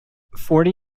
forty